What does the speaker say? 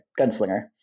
gunslinger